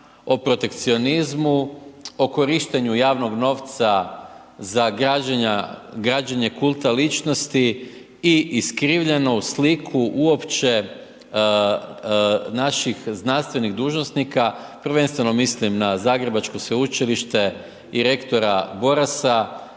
o protekcionizmu, o korištenju javnog novca za građenje kulta ličnosti i iskrivljenu sliku uopće naših znanstvenih dužnosnika, prvenstveno mislim na zagrebačko sveučilište i rektora Borasa,